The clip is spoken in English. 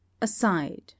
Aside